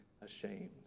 ashamed